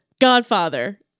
Godfather